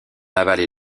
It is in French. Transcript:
avaler